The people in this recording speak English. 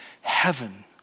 Heaven